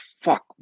fuck